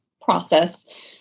process